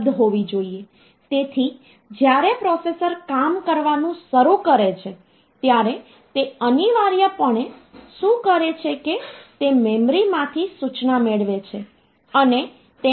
માહિતી માટે કહું તો આ પ્રોસેસર દ્વારા સંગ્રહિત કરવામાં આવે છે અને તેના પર પ્રક્રિયા કરવામાં આવે છે અને તે મૂળભૂત રીતે ડિજિટલ પ્રકૃતિનું હોય છે